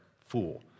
fool